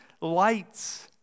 lights